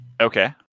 Okay